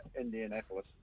Indianapolis